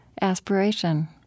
aspiration